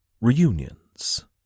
Reunions